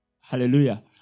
Hallelujah